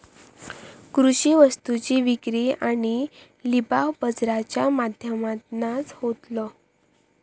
कृषि वस्तुंची विक्री आणि लिलाव बाजाराच्या माध्यमातनाच होतलो